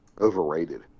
overrated